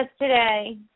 today